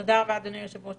תודה רבה, אדוני היושב-ראש.